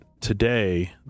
today